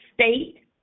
state